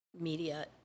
media